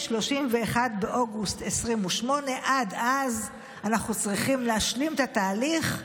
31 באוגוסט 2025. עד אז אנחנו צריכים להשלים את התהליך,